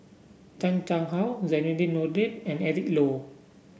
Chan Chang How Zainudin Nordin and Eric Low